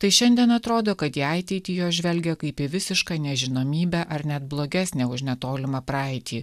tai šiandien atrodo kad į ateitį jos žvelgia kaip į visišką nežinomybę ar net blogesnę už netolimą praeitį